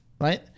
right